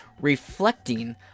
reflecting